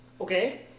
Okay